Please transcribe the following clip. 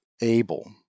able